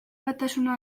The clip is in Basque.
batasuna